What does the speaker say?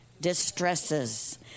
distresses